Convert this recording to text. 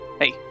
hey